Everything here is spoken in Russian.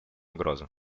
угрозу